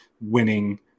winning